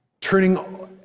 turning